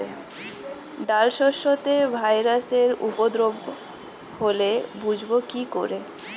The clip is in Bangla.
ডাল শস্যতে ভাইরাসের উপদ্রব হলে বুঝবো কি করে?